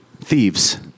Thieves